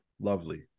lovely